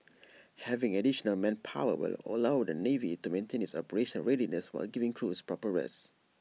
having additional manpower will allow the navy to maintain its operational readiness while giving crews proper rest